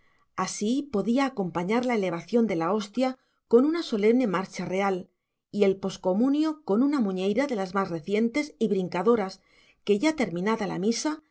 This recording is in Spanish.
así podía acompañar la elevación de la hostia con una solemne marcha real y el postcomunio con una muñeira de las más recientes y brincadoras que ya terminada la misa